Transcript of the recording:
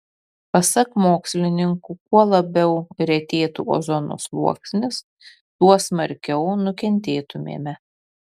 pasak mokslininkų kuo labiau retėtų ozono sluoksnis tuo smarkiau nukentėtumėme